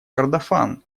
кордофан